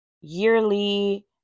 yearly